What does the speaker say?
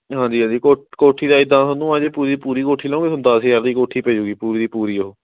ਹਾਂਜੀ ਹਾਂਜੀ ਕੋ ਕੋਠੀ ਦਾ ਇੱਦਾਂ ਤੁਹਾਨੂੰ ਹਜੇ ਪੂਰੀ ਦੀ ਪੂਰੀ ਕੋਠੀ ਲਓਂਗੇ ਤੁਹਾਨੂੰ ਦਸ ਹਜਾਰ ਦੀ ਕੋਠੀ ਪੈ ਜੂਗੀ ਪੂਰੀ ਦੀ ਪੂਰੀ ਓਹ